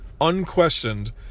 unquestioned